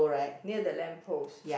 near the lamp post